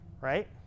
right